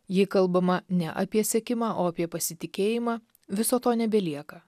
jei kalbama ne apie sekimą o apie pasitikėjimą viso to nebelieka